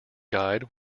guide